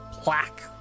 plaque